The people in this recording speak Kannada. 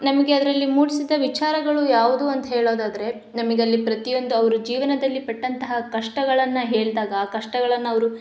ನಮಗೆ ಅದರಲ್ಲಿ ಮೂಡಿಸಿದ ವಿಚಾರಗಳು ಯಾವುದು ಅಂತ ಹೇಳೋದಾದರೆ ನಮಗಲ್ಲಿ ಪ್ರತಿಯೊಂದು ಅವರು ಜೀವನದಲ್ಲಿ ಪಟ್ಟಂತಹ ಕಷ್ಟಗಳನ್ನು ಹೇಳಿದಾಗ ಆ ಕಷ್ಟಗಳನ್ನು ಅವರು